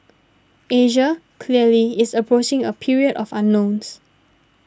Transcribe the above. Asia clearly is approaching a period of unknowns